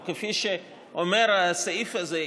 או כפי שאומר הסעיף הזה,